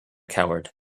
coward